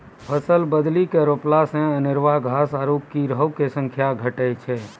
फसल बदली के रोपला से अनेरूआ घास आरु कीड़ो के संख्या घटै छै